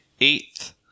eighth